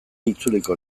itzuliko